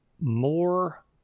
more